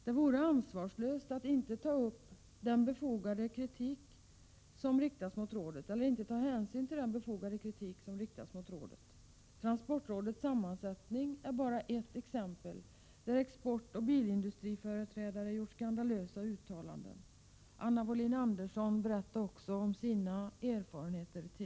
Det vore ansvarslöst att inte ta hänsyn till den befogade kritik som riktats mot rådet. Transportrådets sammansättning är bara ett exempel, där exportoch bilindustriföreträdare har gjort skandalösa uttalanden. Anna Wohlin-Andersson berättade tidigare om sina erfarenheter.